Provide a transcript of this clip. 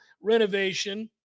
renovation